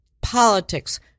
politics